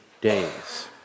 days